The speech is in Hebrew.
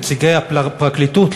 נציגי הפרקליטות,